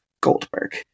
Goldberg